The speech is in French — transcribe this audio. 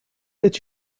êtes